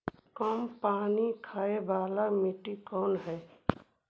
कम पानी खाय वाला मिट्टी कौन हइ?